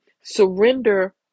surrender